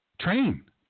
Train